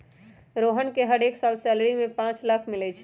रोहन के हरेक साल सैलरी में पाच लाख मिलई छई